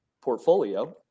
portfolio